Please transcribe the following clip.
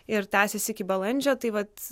ir tęsiasi iki balandžio tai vat